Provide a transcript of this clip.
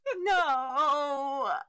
No